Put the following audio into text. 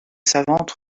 savantes